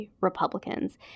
Republicans